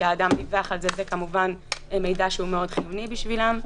כי האדם דיווח על זה וזה מידע מאוד חיוני עבורם.